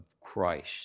Christ